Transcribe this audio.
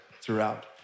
throughout